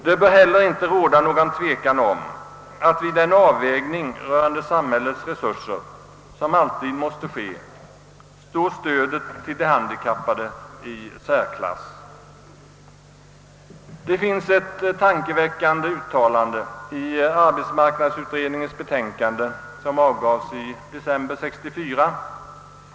Det bör heller inte råda någon tvekan om att vid den avvägning rörande samhällets resurser, som alltid måste ske, står stödet till de handikappade i särklass. Det finns ett tankeväckande uttalande i arbetsmarknadsutredningens betänkande, som avgavs i december 1964.